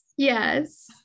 Yes